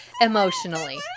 Emotionally